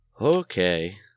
Okay